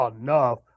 enough